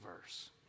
verse